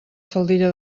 faldilla